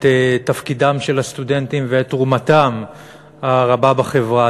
את תפקידם של הסטודנטים ואת תרומתם הרבה בחברה.